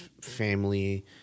family